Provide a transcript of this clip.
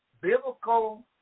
Biblical